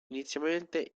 inizialmente